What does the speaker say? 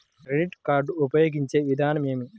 Credit card ఉపయోగించే విధానం ఏమి?